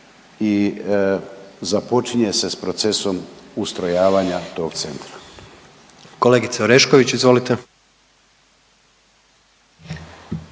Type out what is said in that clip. i započinje se s procesom ustrojavanja tog centra. **Jandroković, Gordan